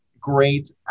great